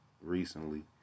recently